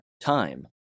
time